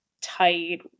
tight